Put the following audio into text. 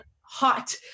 hot